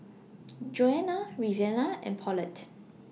Johnna Reanna and Paulette